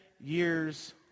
years